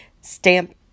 Stamp